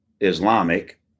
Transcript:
Islamic